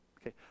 Okay